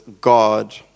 God